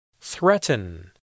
Threaten